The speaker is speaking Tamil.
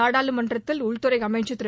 நாடாளுமன்றத்தில் உள்துறை அமைச்சர் திரு